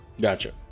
Gotcha